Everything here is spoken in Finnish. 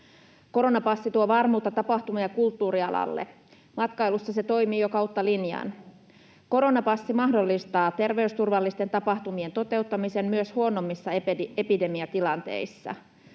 Koronapassi tuo varmuutta tapahtuma- ja kulttuurialalle, matkailussa se toimii jo kautta linjan. Koronapassi mahdollistaa terveysturvallisten tapahtumien toteuttamisen myös huonommissa epidemiatilanteissa.